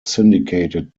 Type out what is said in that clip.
syndicated